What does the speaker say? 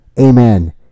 amen